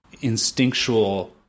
instinctual